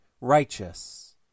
righteous